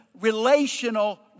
relational